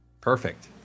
Perfect